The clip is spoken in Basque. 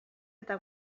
eta